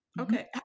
Okay